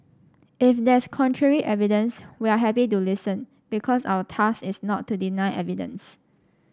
if there's contrary evidence we are happy to listen because our task is not to deny evidence